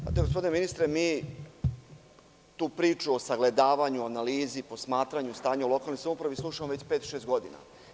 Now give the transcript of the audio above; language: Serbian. Znate, gospodine ministre, mi tu priču o sagledavanju, o analizi, posmatranju stanja u lokalnoj samoupravi slušamo već pet, šest godina.